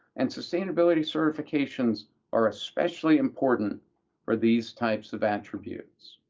and sustainability certifications are especially important for these types of attributes.